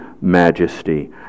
majesty